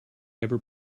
ever